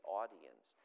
audience